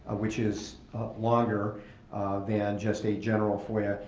which is longer than just a general foya,